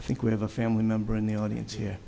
i think we have a family member in the audience